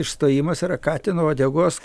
išstojimas yra katino uodegos